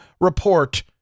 report